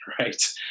right